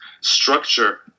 structure